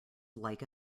like